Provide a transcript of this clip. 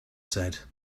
said